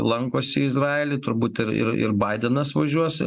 lankosi izraely turbūt ir ir ir baidenas važiuos